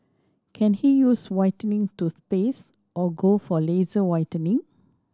can he use whitening toothpaste or go for laser whitening